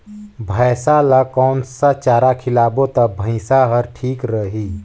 भैसा ला कोन सा चारा खिलाबो ता भैंसा हर ठीक रही?